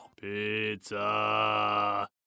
Pizza